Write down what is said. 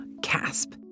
CASP